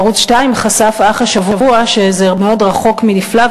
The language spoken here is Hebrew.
ערוץ 2 חשף אך השבוע שזה מאוד רחוק מנפלא,